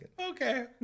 Okay